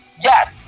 yes